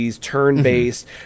turn-based